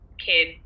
kid